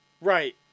Right